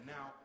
Now